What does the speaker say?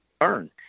earn